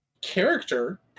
character